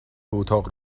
اتاق